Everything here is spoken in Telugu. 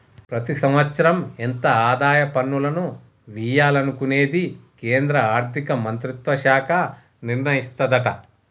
ప్రతి సంవత్సరం ఎంత ఆదాయ పన్నులను వియ్యాలనుకునేది కేంద్రా ఆర్థిక మంత్రిత్వ శాఖ నిర్ణయిస్తదట